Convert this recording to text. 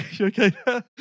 okay